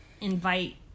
invite